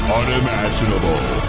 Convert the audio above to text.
unimaginable